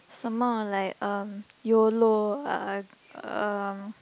some more like um yolo ah um